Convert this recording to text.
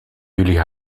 jullie